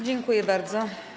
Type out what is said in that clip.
Dziękuję bardzo.